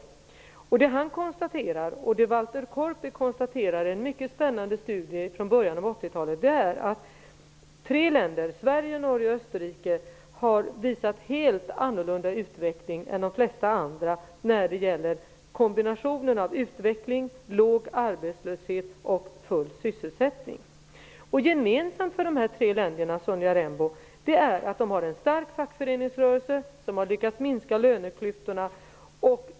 Carl-Olof Andersson konstaterar, liksom Walter Korpi i en mycket spännande studie från början av 80-talet, att tre länder, Sverige, Norge och Österrike, har uppvisat en helt annan utveckling än de flesta andra genom sin kombination av utveckling, låg arbetslöshet och full sysselsättning. Gemensamt för dessa tre länder är att de har en stark fackföreningsrörelse som har lyckats minska löneklyftorna.